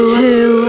two